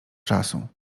czasu